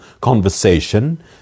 conversation